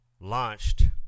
launched